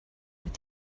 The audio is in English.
with